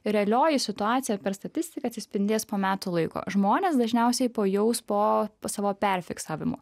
realioji situacija per statistiką atsispindės po metų laiko žmonės dažniausiai pajaus po savo perfiksavimo